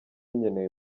nkeneye